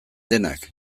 denak